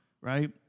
Right